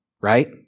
Right